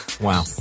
Wow